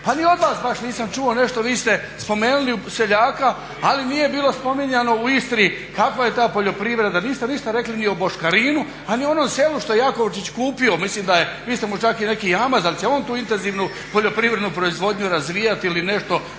Pa ni od vas baš nisam čuo nešto, vi ste spomenuli seljaka ali nije bilo spominjano u Istri kakva je ta poljoprivreda, niste ništa rekli ni o boškarinu a ni o onom selu što je Jakovčić kupio, mislim da vi ste mu čak i neki jamac, da li će on tu intenzivno poljoprivrednu proizvodnju razvijati ili nešto